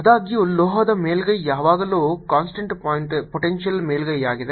ಆದಾಗ್ಯೂ ಲೋಹದ ಮೇಲ್ಮೈ ಯಾವಾಗಲೂ ಕಾನ್ಸ್ಟಂಟ್ ಪೊಟೆಂಶಿಯಲ್ ಮೇಲ್ಮೈಯಾಗಿದೆ